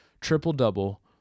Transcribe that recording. triple-double